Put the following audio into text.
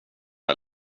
jag